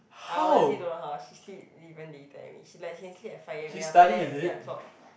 I honestly don't know how she sleep even later than me she like can sleep at five a_m then after that eight o-clock